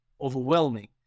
overwhelming